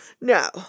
No